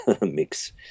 mix